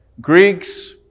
Greeks